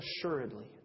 assuredly